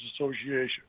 Association